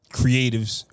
creatives